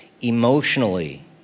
emotionally